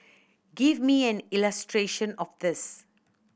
give me an illustration of this